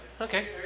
Okay